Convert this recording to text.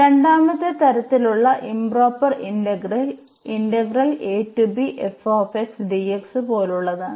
രണ്ടാമത്തെ തരത്തിലുള്ള ഇംപ്റോപർ ഇന്റഗ്രൽപോലുള്ളതാണ്